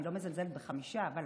אני לא מזלזלת בחמישה, אבל